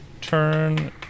Turn